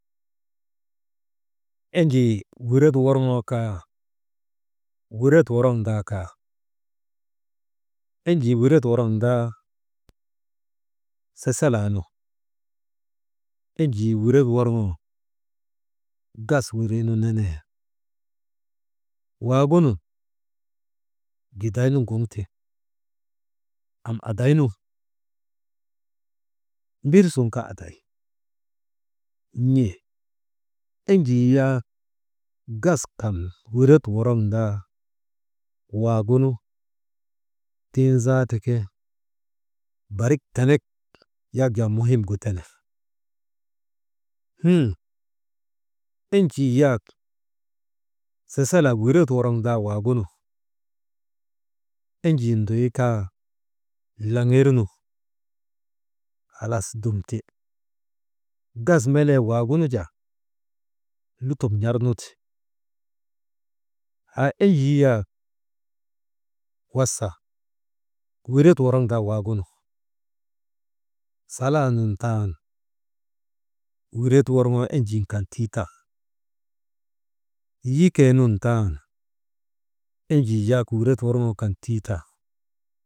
Enjii wiret worŋoo kaa wiret woroŋndaa kaa, enjii wiret woroŋdaa sasalaa nu, enjii wiret worŋoo gas wirii nu nenee, waagu nu gidaynu ŋuŋtiŋ, am adaynu mbir sun kaa aday n̰ee enjii yak gas kan wiret woroŋndaa, waagu nu tiŋ zaata ke barik tenek muhin gu tene, hin enjii yak sasalaa wiret woroŋndaa waagunu, enjii nduykaa laŋirnu halas dum ti. Gas melee waagunu jaa lutok n̰arnuti, haa enjii yak wasa wiret woroŋdaa waagunu, salaa nun taanu wiret worŋoo enjii kan tii tan, yikee nun tanu wiret worŋoo enjin kan tii tan.